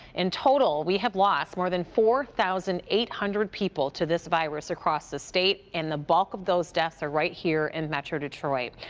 in total, we have lost more than four thousand eight hundred people to this virus across the state and the bulk of those deaths are right here in metro detroit.